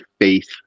faith